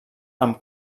amb